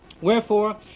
wherefore